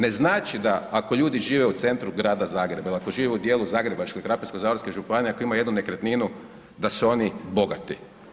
Ne znači da ako ljudi žive u centru grada Zagreba ili ako žive u dijelu Zagrebačke ili Krapinsko-zagorske županije, ako imaju jednu nekretninu, da su oni bogati.